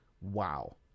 Wow